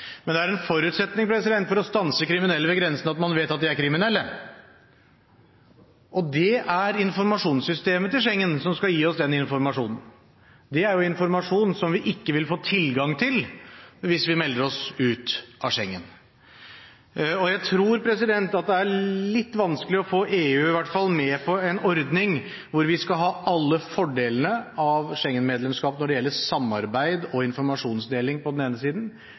Men en forutsetning for å stanse kriminelle ved grensen er at en vet at de er kriminelle, og det er Schengens informasjonssystem som skal gi oss den informasjonen. Det er informasjon som vi ikke vil få tilgang til hvis vi melder oss ut av Schengen. Jeg tror det er litt vanskelig å få EU med på en ordning hvor vi skal ha alle fordelene av Schengen-medlemskapet når det gjelder samarbeid og informasjonsdeling på den ene siden,